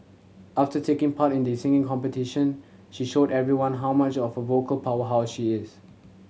after taking part in the singing competition she showed everyone how much of a vocal powerhouse she is